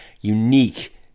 unique